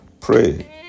Pray